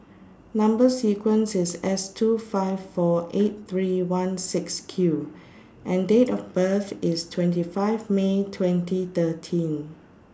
Number sequence IS S two five four eight three one six Q and Date of birth IS twenty five May twenty thirteen